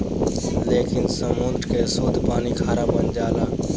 लेकिन समुंद्र के सुद्ध पानी खारा बन जाला